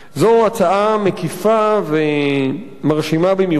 זאת הצעה מקיפה ומרשימה במיוחד,